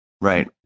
Right